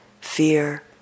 fear